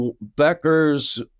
Becker's